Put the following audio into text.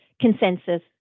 consensus